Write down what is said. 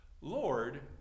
Lord